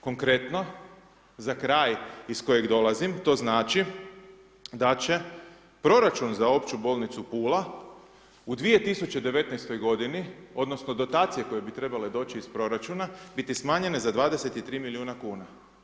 Konkretno, za kraj iz kojeg dolazim to znači da će proračun za Opću bolnicu Pula u 2019. godini odnosno dotacije koje bi trebale doći iz proračuna biti smanjene za 23 miliona kuna.